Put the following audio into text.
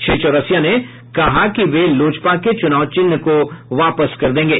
श्री चौरसिया ने कहा कि वे लोजपा के चुनाव चिन्ह को वापस कर देंगे